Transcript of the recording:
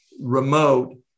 remote